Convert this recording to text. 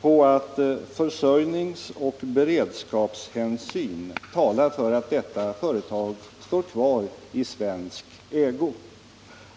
på att försörjningsoch beredskapshänsyn talar för att detta företag står kvar i svensk ägo.